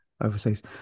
overseas